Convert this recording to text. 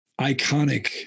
iconic